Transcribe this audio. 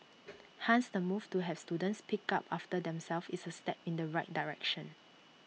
hence the move to have students pick up after themselves is A step in the right direction